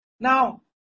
Now